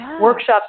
workshops